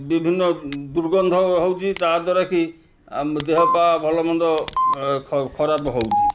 ବିଭିନ୍ନ ଦୁର୍ଗନ୍ଧ ହେଉଛି ତା ଦ୍ୱାରା କି ଆମ ଦେହ ପା ଭଲମନ୍ଦ ଖରାପ ହେଉଛି